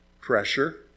Pressure